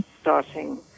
starting